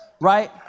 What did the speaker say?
right